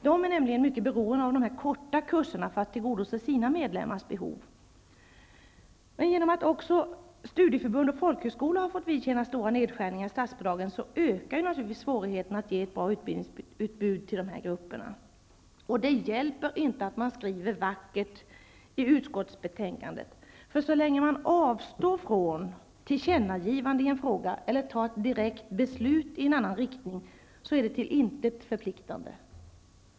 De är nämligen mycket beroende av de korta kurserna för att tillgodose sina medlemmars behov. Genom att även studieförbund och folkhögskolor har fått vidkännas stora nedskärningar i statsbidragen, ökar naturligtvis svårigheterna att ge ett bra utbildningsutbud till dessa grupper. Det hjälper inte att man skriver vackert i utskottsbetänkandet. Så länge man avstår från att göra ett tillkännagivande i en fråga eller från att fatta ett direkt beslut i en annan riktning så är det till intet förpliktande.